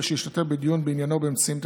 שישתתף בדיון בעניינו באמצעים טכנולוגיים,